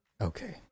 Okay